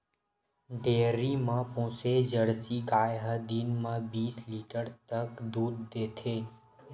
dairy म पोसे Jersey गाय ह दिन म बीस लीटर तक दूद देथे